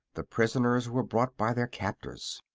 the prisoners were brought by their captors.